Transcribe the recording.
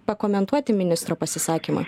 pakomentuoti ministro pasisakymą